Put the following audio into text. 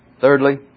Thirdly